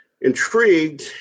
intrigued